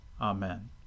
Amen